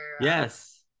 Yes